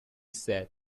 said